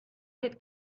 had